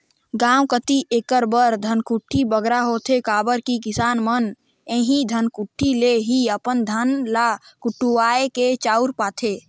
गाँव कती एकर बर धनकुट्टी बगरा होथे काबर कि किसान मन एही धनकुट्टी ले ही अपन धान ल कुटवाए के चाँउर पाथें